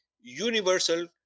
universal